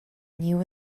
knew